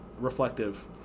Reflective